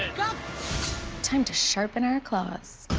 god time to sharpen our claws.